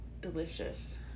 delicious